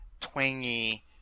Twangy